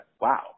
wow